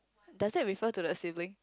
does that refer to the sibling